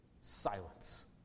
silence